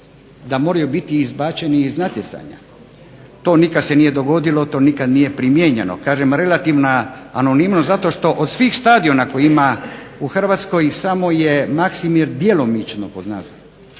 da moraju biti izbačeni iz natjecanja. To nikad se nije dogodilo, to nikad nije primijenjeno. Kažem relativna anonimnost zato što od svih stadiona koji imaju u Hrvatskoj samo je Maksimir djelomično pod nadzorom.